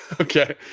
Okay